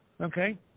okay